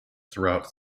throughout